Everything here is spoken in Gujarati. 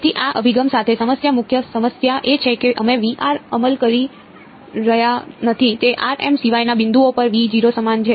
તેથી આ અભિગમ સાથે સમસ્યા મુખ્ય સમસ્યા એ છે કે અમે અમલ કરી રહ્યા નથી તે સિવાયના બિંદુઓ પર સમાન છે